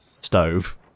Stove